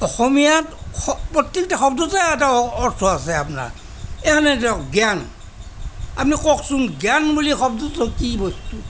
অসমীয়াত প্ৰতিটো শব্দতে এটা অৰ্থ আছে আপোনাৰ জ্ঞান আপুনি কওঁকচোন জ্ঞান বুলি শব্দটো কি বস্তু